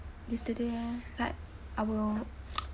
yesterday eh like I will